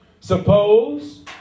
Suppose